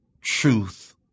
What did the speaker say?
Truth